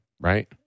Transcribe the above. Right